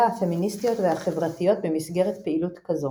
הפמיניסטיות והחברתיות במסגרת פעילות כזו.